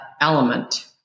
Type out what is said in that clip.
element